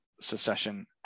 secession